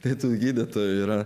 tai tu jį data yra